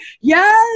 yes